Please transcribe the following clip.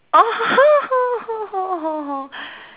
oh